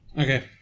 Okay